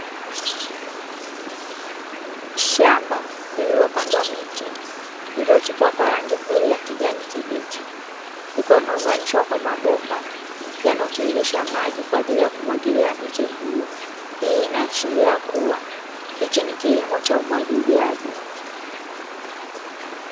Shamba lililopandwa miche iliyochipua kwa rangi nzuri ya kijani kibichi liyokuwa imeunganishwa kwa mabomba yanayotiririsha maji kwa ajili ya kumwagilia miche hiyo, hii inaashiria kuwa hicho ni kilimo cha umwagiliaji.